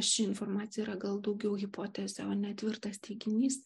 ši informaciją gal daugiau hipotezė o ne tvirtas teiginys